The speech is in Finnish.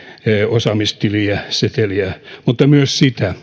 osaamistiliä ja seteliä mutta myös sitä